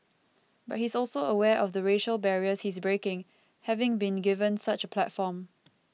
but he's also aware of the racial barriers he's breaking having been given such a platform